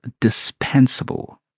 dispensable